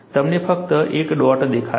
તમને ફક્ત એક જ ડોટ દેખાય છે